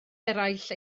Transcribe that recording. eraill